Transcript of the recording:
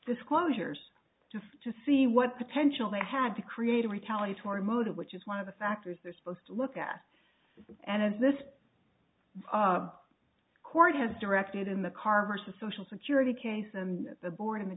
disclosures to see what potential there had to create a retaliatory motive which is one of the factors they're supposed to look at and this up court has directed in the car versus social security case and the board in the